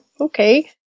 okay